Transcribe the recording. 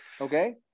Okay